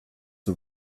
the